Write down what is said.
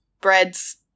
breads